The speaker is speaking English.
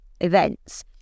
events